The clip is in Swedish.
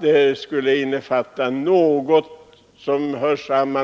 Det var ett okänt begrepp då. Domstolarna har sedan